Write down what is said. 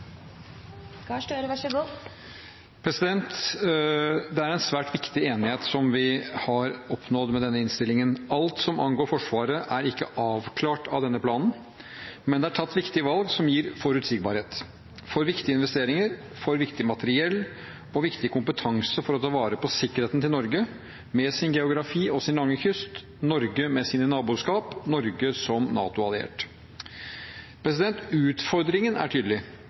nødvendigvis er forsvarsrelatert. Så den ordningen er allerede på plass. Da er replikkordskiftet omme. Det er en svært viktig enighet som vi har oppnådd med denne innstillingen. Alt som angår Forsvaret, er ikke avklart i denne planen, men det er tatt viktige valg som gir forutsigbarhet – for viktige investeringer, for viktig materiell og viktig kompetanse for å ta vare på sikkerheten til Norge, med sin geografi og sin lange kyst, Norge med sine naboskap, Norge som NATO-alliert. Utfordringen er